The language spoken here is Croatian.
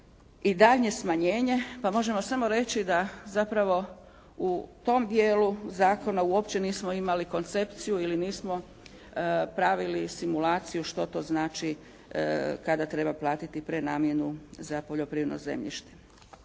i daljnje smanjenje pa možemo samo reći da zapravo u tom dijelu zakona uopće nismo imali koncepciju ili nismo pravili simulaciju što to znači kada treba platiti prenamjenu za poljoprivredno zemljište.